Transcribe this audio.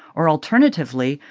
or alternatively,